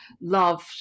loved